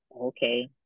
okay